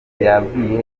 yabwiye